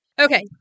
Okay